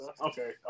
Okay